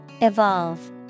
Evolve